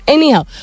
Anyhow